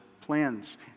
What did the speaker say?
plans